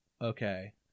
okay